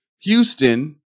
Houston